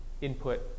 input